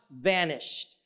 vanished